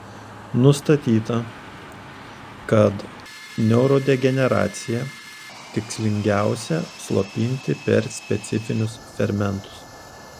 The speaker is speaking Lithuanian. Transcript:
nustatyta kad neurodegeneraciją tikslingiausia slopinti per specifinius fermentus